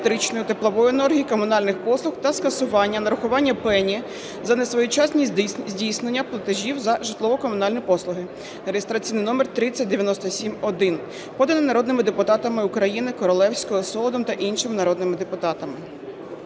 електричної, теплової енергії, комунальних послуг та скасування нарахування пені за несвоєчасне здійснення платежів за житлово-комунальні послуги (реєстраційний номер 3097-1), поданий народними депутатами України Королевською, Солодом та іншими народними депутатами.